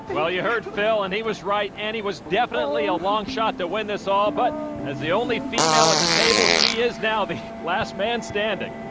well, you heard phil, and he was right. annie was definitely a longshot to win this all. but as the only female at the table, she is now the last man standing